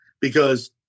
because-